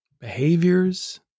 behaviors